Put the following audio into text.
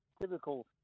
typical